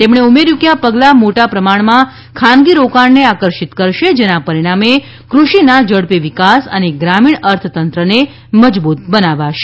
તેમણે ઉમેર્યું કે આ પગલાં મોટા પ્રમાણમાં ખાનગી રોકાણને આકર્ષિત કરશે જેના પરિણામે કૃષિના ઝડપી વિકાસ અને ગ્રામીણ અર્થતંત્રને મજબુત બનાવશે